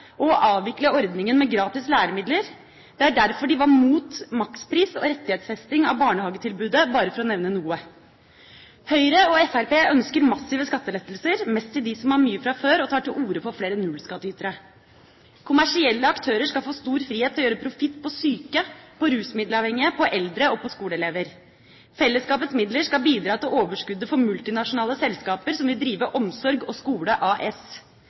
og å avvikle ordninga med gratis læremidler. Det er derfor de var imot makspris og rettighetsfesting av barnehagetilbudet, bare for å nevne noe. Høyre og Fremskrittspartiet ønsker massive skattelettelser, mest til dem som har mye fra før, og tar til orde for flere nullskattytere. Kommersielle aktører skal få stor frihet til å gjøre profitt på syke, på rusmiddelavhengige, på eldre og på skoleelever. Fellesskapets midler skal bidra til overskuddet for multinasjonale selskaper som vil drive Omsorg og Skole AS.